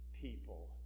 people